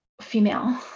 female